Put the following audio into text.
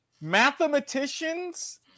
mathematicians